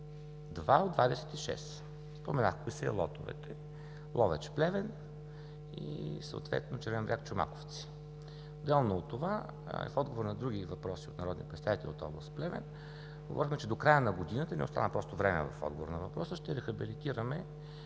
от 26, споменах кои са и лотовете – Ловеч-Плевен и съответно Червен бряг-Чомаковци. Отделно от това, в отговор на други въпроси от народни представители от област Плевен говорихме, че до края на годината, не остана просто време в отговора на въпроса, ще рехабилитираме